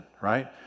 Right